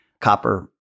copper